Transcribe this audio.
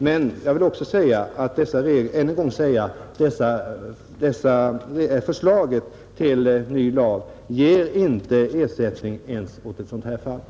Men jag vill än en gång säga att förslaget till ny lag inte ger ersättning ens i ett sådant fall som detta.